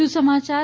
વધુ સમાચાર